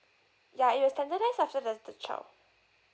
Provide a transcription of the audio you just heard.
ya it'll standardise after the the child